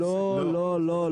לא, לא.